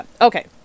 Okay